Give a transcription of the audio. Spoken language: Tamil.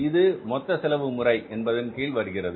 இது மொத்த செலவு முறை என்பதன் கீழ் வருகிறது